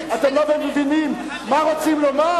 אתם לא מבינים מה רוצים לומר,